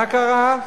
מה קרה?